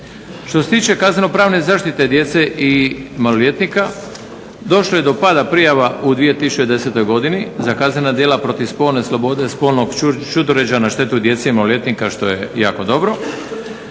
Što se tiče kaznenopravne zaštite djece i maloljetnika došlo je do pada prijava u 2010. godini za kaznena djela protiv spolne slobode, spolnog ćudoređa na štetu djece i maloljetnika što je jako dobro,